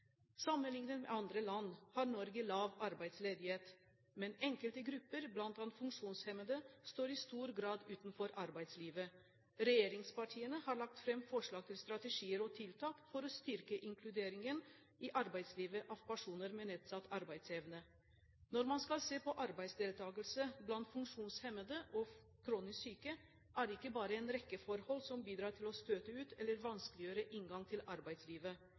Sammenlignet med andre land har Norge lav arbeidsledighet, men enkelte grupper, bl.a. funksjonshemmede, står i stor grad utenfor arbeidslivet. Regjeringspartiene har lagt fram forslag til strategier og tiltak for å styrke inkluderingen i arbeidslivet av personer med nedsatt arbeidsevne. Når man skal se på arbeidsdeltakelsen blant funksjonshemmede og kronisk syke, er det ikke bare en rekke forhold som bidrar til å støte ut eller vanskeliggjøre inngangen til arbeidslivet.